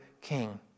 king